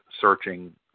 searching